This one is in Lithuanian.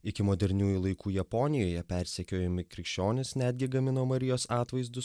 iki moderniųjų laikų japonijoje persekiojami krikščionys netgi gamino marijos atvaizdu